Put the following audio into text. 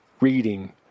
reading